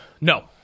No